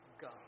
God